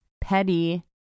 Petty